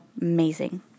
amazing